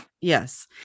Yes